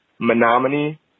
menominee